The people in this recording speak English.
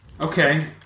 Okay